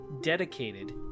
dedicated